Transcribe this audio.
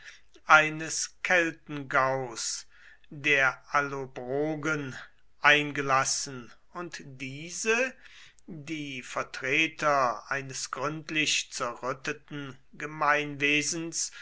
eines keltengaus der allobrogen eingelassen und diese die vertreter eines gründlich zerrütteten gemeinwesens